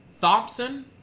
Thompson